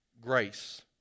grace